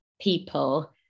people